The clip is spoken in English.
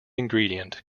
ingredient